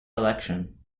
election